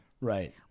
Right